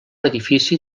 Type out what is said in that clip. edifici